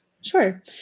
Sure